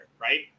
Right